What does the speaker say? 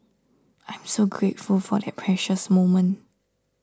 I'm so grateful for that precious moment